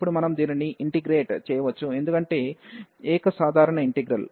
ఇప్పుడు మనం దీనిని ఇంటిగ్రేట్ చేయవచ్చు ఎందుకంటే ఏక సాధారణ ఇంటిగ్రల్